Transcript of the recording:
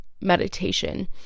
meditation